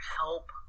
help